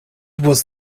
was